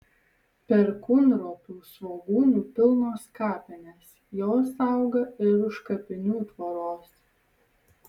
perkūnropių svogūnų pilnos kapinės jos auga ir už kapinių tvoros